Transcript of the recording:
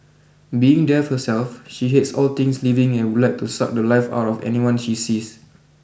being death herself she hates all things living and would like to suck the life out of anyone she sees